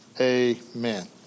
Amen